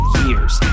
years